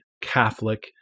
Catholic